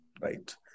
right